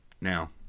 Now